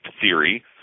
theory